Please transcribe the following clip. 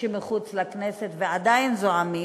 שמחוץ לכנסת ועדיין זועמים?